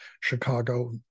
Chicago